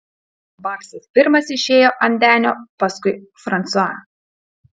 baksas pirmas išėjo ant denio paskui fransuą